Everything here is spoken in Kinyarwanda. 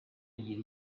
agira